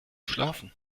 schlafen